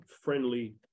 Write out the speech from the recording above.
friendly